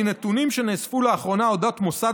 מנתונים שנאספו לאחרונה על אודות מוסד